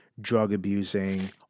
drug-abusing